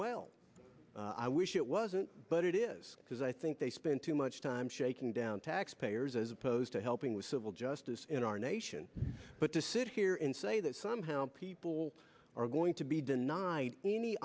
well i wish it wasn't but it is because i think they spent too much time shaking down taxpayers as opposed to helping with civil justice in our nation but to sit here and say that somehow people are going to be denied any